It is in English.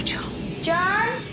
John